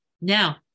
Now